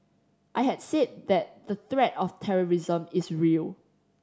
I had said that the threat of terrorism is real